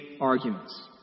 arguments